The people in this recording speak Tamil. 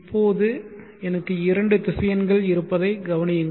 இப்போது எனக்கு இரண்டு திசையன்கள் இருப்பதைக் கவனியுங்கள்